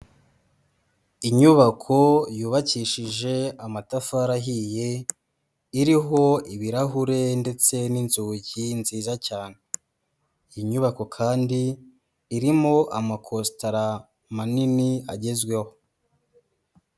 Inyubako yubakishije amatafari ahiye, iriho ibirahure ndetse n'inzugi nziza cyane. Iyi nyubako kandi irimo amakositara manini agezweho.